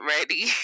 ready